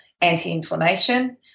anti-inflammation